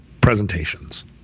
presentations